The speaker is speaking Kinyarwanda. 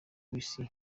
w’isi